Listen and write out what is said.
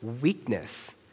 weakness